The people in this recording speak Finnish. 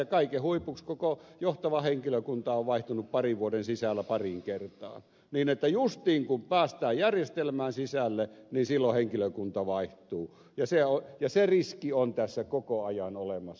ja kaiken huipuksi koko johtava henkilökunta on vaihtunut parin vuoden sisällä pariin kertaan niin että justiin kun päästään järjestelmään sisälle niin silloin henkilökunta vaihtuu ja se riski on tässä koko ajan olemassa